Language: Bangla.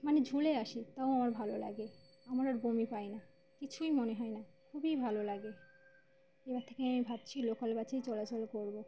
মানে ঝুলে আসি তাও আমার ভালো লাগে আমার আর বমি পায় না কিছুই মনে হয় না খুবই ভালো লাগে এবার থেকে আমি ভাবছি লোকাল বাসেই চলাচল করব